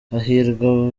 hahirwa